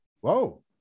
Whoa